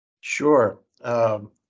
Sure